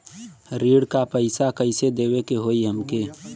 ऋण का पैसा कइसे देवे के होई हमके?